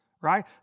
right